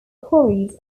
quarries